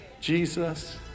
Jesus